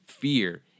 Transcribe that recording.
fear